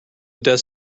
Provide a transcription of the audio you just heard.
death